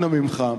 אנא ממך,